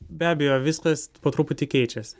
be abejo viskas po truputį keičiasi